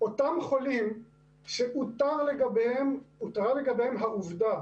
אותם חולים שאותרה לגביהם העובדה